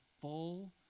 full